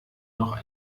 noch